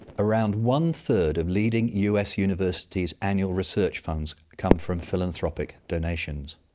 around one-third of leading us universities' annual research funds come from philanthropic donations.